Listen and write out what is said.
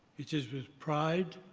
it is with pride,